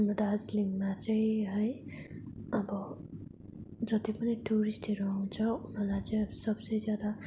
हाम्रो दार्जिलिङमा चाहिँ है अब जति पनि टुरिस्टहरू आउँछ उनीहरूलाई चाहिँ अब सबसे ज्यादा